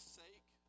sake